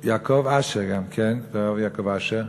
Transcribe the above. ליעקב אשר גם כן, הרב יעקב אשר.